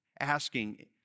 asking